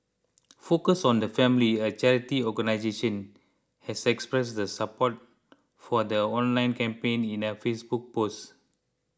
focus on the family a charity organisation has expressed the support for the online campaign in a Facebook posts